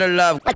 love